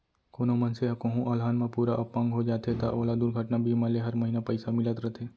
कोनों मनसे ह कोहूँ अलहन म पूरा अपंग हो जाथे त ओला दुरघटना बीमा ले हर महिना पइसा मिलत रथे